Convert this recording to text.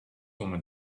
woman